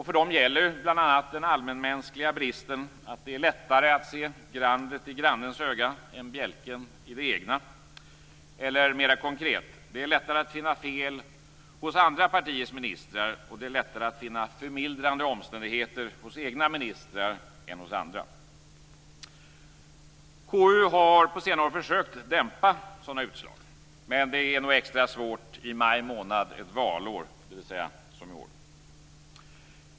För dem gäller bl.a. den allmänmänskliga bristen att det är lättare att se grandet i grannens öga än bjälken i det egna. Eller mer konkret, det är lättare att finna fel hos andra partiers ministrar, och det är lättare att finna förmildrande omständigheter hos egna ministrar. KU har på senare år försökt att dämpa sådana utslag. Men det är nog extra svårt i maj månad ett valår, dvs. som i år.